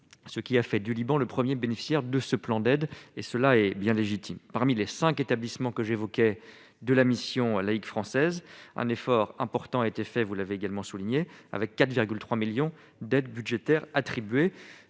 ce qui a fait du Liban le 1er bénéficiaire de ce plan d'aide et cela est bien légitime parmi les 5 établissements que j'évoquais de la Mission laïque française, un effort important a été fait, vous l'avez également souligné avec 4,3 millions d'aides budgétaires attribués